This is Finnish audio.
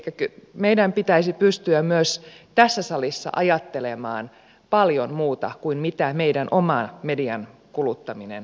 elikkä meidän pitäisi pystyä myös tässä salissa ajattelemaan paljon muuta kuin mitä meidän oma median kuluttamisemme on